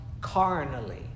carnally